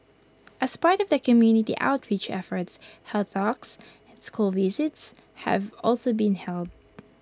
as part of the community outreach efforts health talks and school visits have also been held